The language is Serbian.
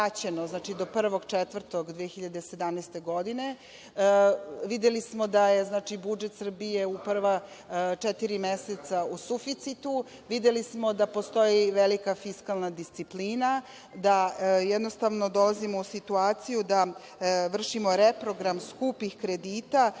aprila 2017. godine. Videli smo da je budžet Srbije u prva četiri meseca u suficitu, videli smo da postoji i velika fiskalna disciplina, da jednostavno dolazimo u situaciju da vršimo reprogram skupih kredita